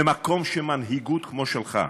במקום שמנהיגות כמו שלך,